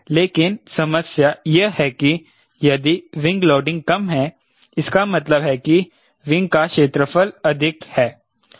लेकिन समस्या यह है कि यदि विंग लोडिंग कम है इसका मतलब है कि विंग का क्षेत्रफल अधिक है